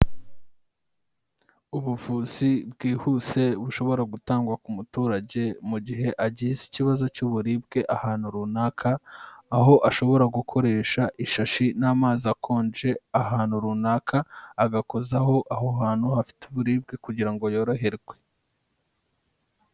Ubuvuzi bwihuse bushobora gutangwa ku muturage mu gihe agize ikibazo cy'uburibwe ahantu runaka, aho ashobora gukoresha ishashi n'amazi akonje ahantu runaka, agakozaho aho hantu afite uburibwe kugira ngo yoroherwe.